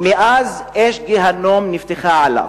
ומאז, אש גיהינום נפתחה עליו.